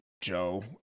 Joe